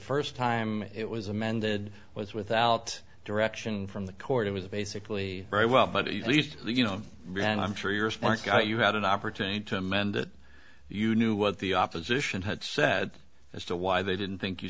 first time it was amended was without direction from the court it was basically very well but at least you know i'm sure your support got you had an opportunity to amend it you knew what the opposition had said as to why they didn't think you